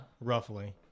Roughly